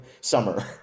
summer